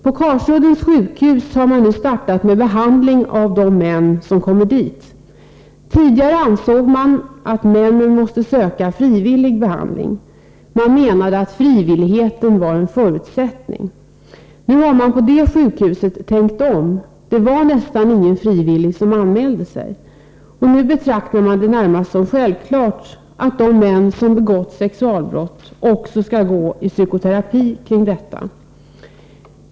På Karsuddens sjukhus har man nu startat behandling av de män som kommer dit. Tidigare ansåg man att männen skulle ha frivillig behandling och söka sådan. Man menade att frivilligheten var en förutsättning. Nu har man tänkt om på det här sjukhuset, det var nästan ingen frivillig som anmälde sig. Nu betraktar man det som närmast självklart att de män som har begått sexualbrott också skall få psykoterapeutisk behandling.